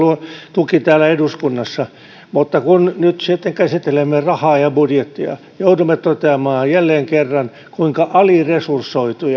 tuki täällä eduskunnassa mutta kun nyt sitten käsittelemme rahaa ja budjettia joudumme toteamaan jälleen kerran kuinka aliresursoitua